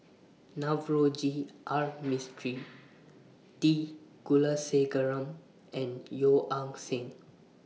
Navroji R Mistri T Kulasekaram and Yeo Ah Seng